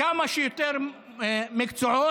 כמה שיותר מקצועות.